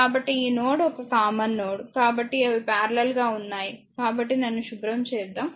కాబట్టి ఈ నోడ్ ఒక కామన్ నోడ్ కాబట్టి అవి పారలెల్ గా ఉంటాయి కాబట్టి నన్ను శుభ్రం చేద్దాం